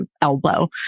elbow